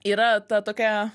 yra ta tokia